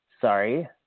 sorry